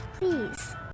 please